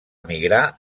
emigrar